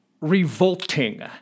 revolting